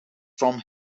from